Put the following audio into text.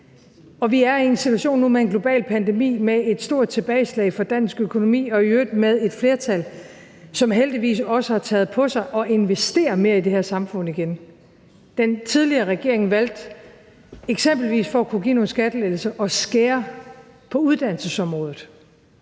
Og vi er i en situation nu med en global pandemi med et stort tilbageslag for dansk økonomi og i øvrigt med et flertal, som heldigvis også har taget det på sig at investere mere i det her samfund igen. Den tidligere regering valgte – for eksempelvis at kunne give nogle skattelettelser – at skære på uddannelsesområdet.